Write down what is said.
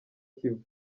kivu